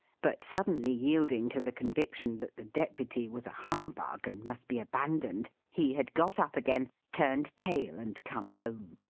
but suddenly yielding to the conviction that the deputy was a humbug, and must be abandoned, he had got up again, turned tail and come home.